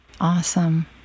Awesome